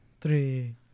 three